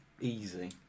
easy